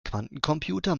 quantencomputer